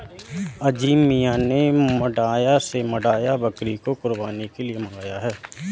अजीम मियां ने मांड्या से मांड्या बकरी को कुर्बानी के लिए मंगाया है